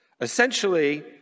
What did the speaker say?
Essentially